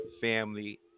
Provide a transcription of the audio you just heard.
Family